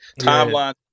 timeline